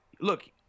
Look